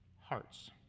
hearts